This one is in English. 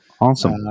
Awesome